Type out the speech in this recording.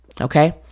Okay